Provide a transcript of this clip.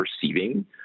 perceiving